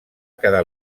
quedar